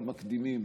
המקדימים.